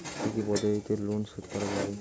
কি কি পদ্ধতিতে লোন শোধ করা যাবে?